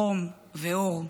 חום ואור,